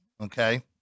okay